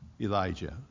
Elijah